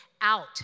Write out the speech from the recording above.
out